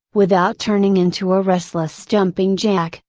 without turning into a restless jumping jack,